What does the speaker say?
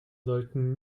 sollten